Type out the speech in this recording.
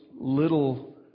little